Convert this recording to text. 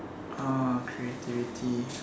uh creativity